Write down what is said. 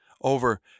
over